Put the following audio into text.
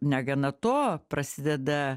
negana to prasideda